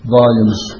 volumes